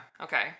Okay